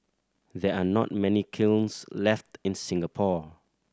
there are not many kilns left in Singapore